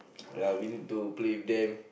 ya we need to play with them